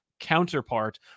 counterpart